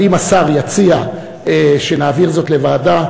אבל אם השר יציע שנעביר זאת לוועדה,